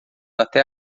até